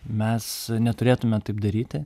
mes neturėtume taip daryti